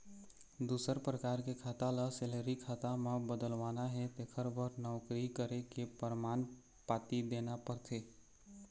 दूसर परकार के खाता ल सेलरी खाता म बदलवाना हे तेखर बर नउकरी करे के परमान पाती देना परथे